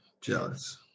Jealous